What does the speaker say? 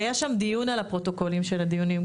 היה שם דיון על הפרוטוקולים של הדיונים,